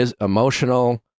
emotional